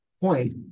point